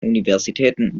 universitäten